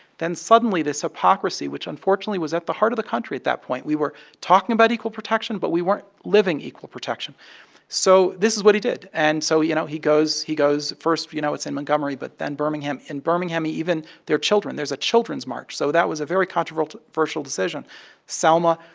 then suddenly, this hypocrisy, which unfortunately was at the heart of the country at that point we were talking about equal protection, but we weren't living equal protection so this is what he did. and so, you know, he goes he goes first, you know, it's in montgomery, but then birmingham. in birmingham, he even their children there's a children's march, so that was a very controversial decision selma,